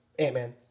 Amen